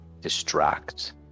distract